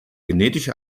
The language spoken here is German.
genetische